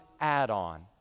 add-on